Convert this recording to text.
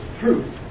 true